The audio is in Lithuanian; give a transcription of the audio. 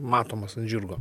matomas ant žirgo